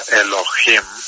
Elohim